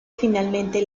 finalmente